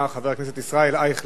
חבר הכנסת ישראל אייכלר,